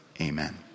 amen